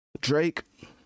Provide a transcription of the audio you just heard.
Drake